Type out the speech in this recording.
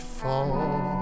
fall